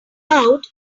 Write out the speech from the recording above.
out